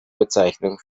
bezeichnung